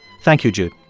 thank you, jude.